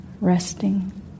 resting